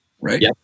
Right